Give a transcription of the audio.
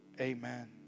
Amen